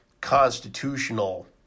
constitutional